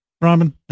Robin